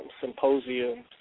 symposiums